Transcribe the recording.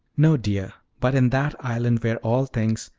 no, dear, but in that island where all things,